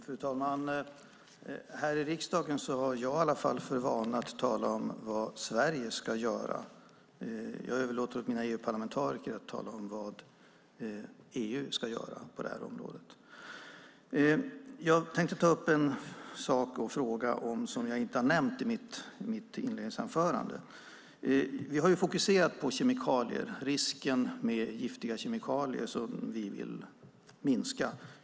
Fru talman! Här i riksdagen har i alla fall jag för vana att tala om vad Sverige ska göra. Jag överlåter åt mina EU-parlamentariker att tala om vad EU ska göra på området. Jag tänkte ta upp och ställa en fråga om en sak som jag inte nämnde i mitt inledningsanförande. Vi har fokuserat på kemikalier och risken med giftiga kemikalier, som vi vill minska.